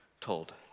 told